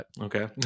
Okay